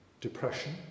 Depression